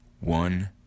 One